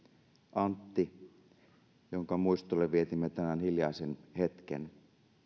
antti jonka muistolle vietimme tänään hiljaisen hetken